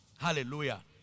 Hallelujah